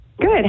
Good